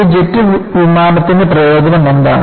ഒരു ജെറ്റ് വിമാനത്തിന്റെ പ്രയോജനം എന്താണ്